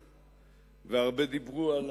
הרבה דיברו על